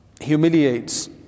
humiliates